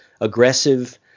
aggressive